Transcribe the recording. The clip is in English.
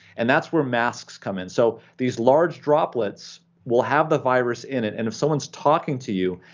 and that's where masks come in. so these large droplets will have the virus in it, and if someone's talking to you,